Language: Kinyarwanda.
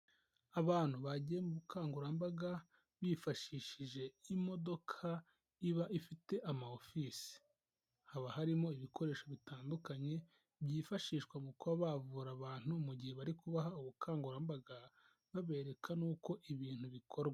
Abantu bagiye mu bukangurambaga bifashishije imodoka iba ifite ama ofisi, haba harimo ibikoresho bitandukanye, byifashishwa mu kuba bavura abantu, mu gihe bari kubaha ubukangurambaga babereka n'uko ibintu bikorwa.